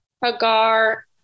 Hagar